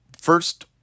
first